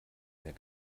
mehr